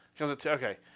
Okay